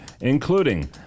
including